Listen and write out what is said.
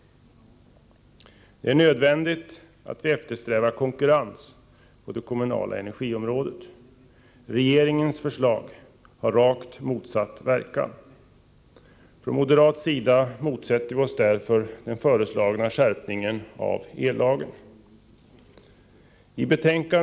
Det är nödvändigt att eftersträva konkurrens på det kommunala energiområdet. Regeringens förslag har rakt motsatt verkan. Från moderat sida motsätter vi oss därför den föreslagna skärpningen av ellagen.